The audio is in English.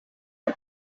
the